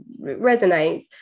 resonates